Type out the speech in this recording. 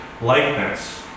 likeness